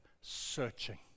searching